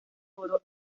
oro